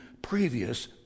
previous